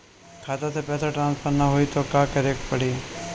खाता से पैसा ट्रासर्फर न होई त का करे के पड़ी?